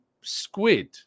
squid